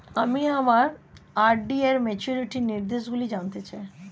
আমি আমার আর.ডি র ম্যাচুরিটি নির্দেশগুলি জানতে চাই